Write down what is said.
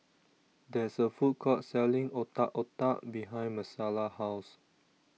There IS A Food Court Selling Otak Otak behind Marcella's House